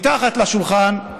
מתחת לשולחן,